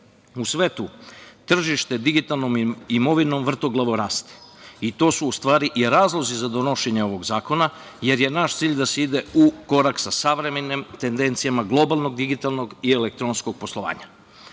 svetu tržište digitalne imovine vrtoglavo raste i to su u stvari i razlozi za donošenje ovog zakona, jer je naš cilj da se ide u korak sa savremenim tendencijama globalnog digitalnog i elektronskog poslovanja. Prva